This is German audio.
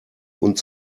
und